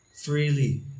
freely